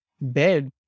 bed